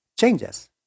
changes